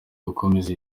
gukomeza